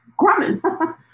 Grumman